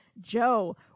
Joe